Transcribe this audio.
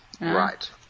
Right